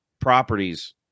properties